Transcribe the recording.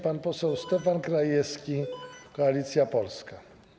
Pan poseł Stefan Krajewski, Koalicja Polska.